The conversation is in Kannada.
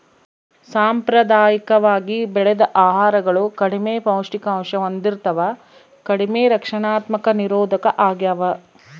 ಸಾಂಪ್ರದಾಯಿಕವಾಗಿ ಬೆಳೆದ ಆಹಾರಗಳು ಕಡಿಮೆ ಪೌಷ್ಟಿಕಾಂಶ ಹೊಂದಿರ್ತವ ಕಡಿಮೆ ರಕ್ಷಣಾತ್ಮಕ ನಿರೋಧಕ ಆಗ್ಯವ